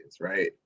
right